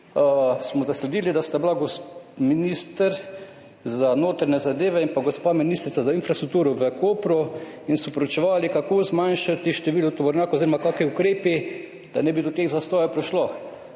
smo zasledili, da sta bila gospod minister za notranje zadeve in pa gospa ministrica za infrastrukturo v Kopru in so proučevali, kako zmanjšati število tovornjakov oziroma kakšni ukrepi, da ne bi do teh zastojev prišlo.